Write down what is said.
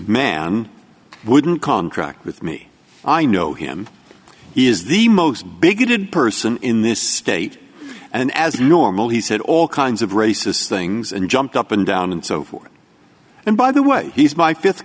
man wouldn't contract with me i know him he is the most bigoted person in this state and as normal he said all kinds of racist things and jumped up and down and so forth and by the way he's my